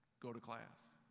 go to class.